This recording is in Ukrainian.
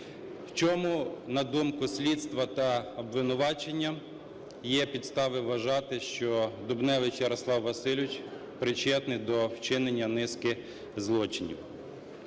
В чому, на думку слідства та обвинувачення, є підстави вважати, що Дубневич Ярослав Васильович причетний до вчинення низки злочинів.